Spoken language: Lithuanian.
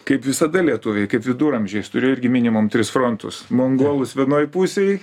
kaip visada lietuviai kaip viduramžiais turėjo irgi minimum tris frontus mongolus vienoj pusėj